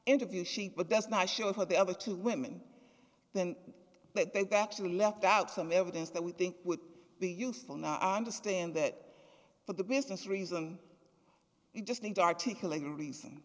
interviews she but that's not sure what the other two women than that they've actually left out some evidence that we think would be useful now i understand that for the business reason you just need to articulate a reason